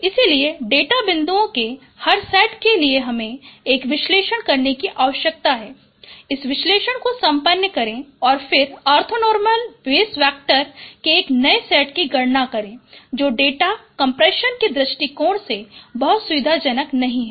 इसलिए डेटा बिंदुओं के हर सेट के लिए हमें यह विश्लेषण करने की आवश्यकता है इस विश्लेषण को संपन्न करें और फिर ऑर्थोनॉर्मल बेस वैक्टर के एक नए सेट की गणना करें जो डेटा कम्प्रेशन के दृष्टिकोण से बहुत सुविधाजनक नहीं है